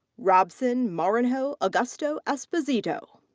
robson marinho augusto esposito.